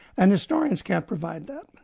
and historians can't provide that,